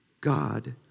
God